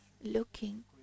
looking